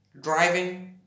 driving